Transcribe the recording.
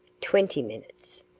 twenty minutes.